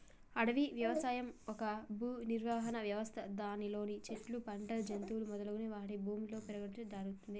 అడవి వ్యవసాయం ఒక భూనిర్వహణ వ్యవస్థ దానిలో చెట్లు, పంటలు, జంతువులు మొదలగు వాటిని ఒకే భూమిలో పెంచడం జరుగుతుంది